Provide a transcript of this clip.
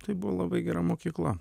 tai buvo labai gera mokykla